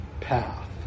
path